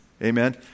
Amen